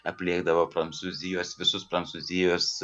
aplėkdavo prancūzijos visus prancūzijos